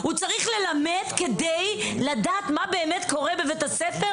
הוא צריך ללמד כדי לדעת מה באמת קורה בבית הספר?